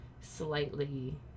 slightly